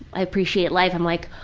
i appreciate life. i'm like,